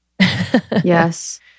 Yes